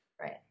Right